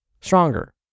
stronger